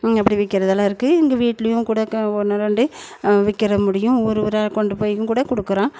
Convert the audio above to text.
அப்படி விற்கிறதெல்லா இருக்குது இங்கே வீட்டிலியும் கூட க ஒன்று ரெண்டு விற்கிற முடியும் ஊரு ஊராக கொண்டு போயும் கூட கொடுக்குறேன்